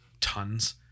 tons